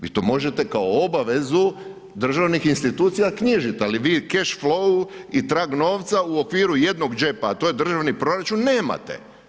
Vi to možete kao obavezu državnih institucija knjižiti ali vi cash flow i trag novca u okviru jednog džepa a to je državni proračun, nemate.